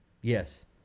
Yes